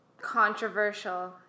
controversial